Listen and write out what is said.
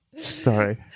Sorry